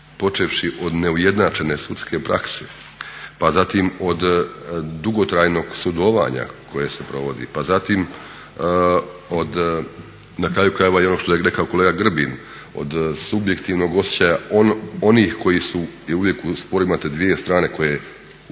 počevši od neujednačene sudske prakse, pa zatim od dugotrajnog sudovanje koje se provodi. Pa zatim od, na kraju krajeva i ono što je rekao kolega Grbin od subjektivnog osjećaja onih koji su, uvijek u sporu imate dvije strane koje izgube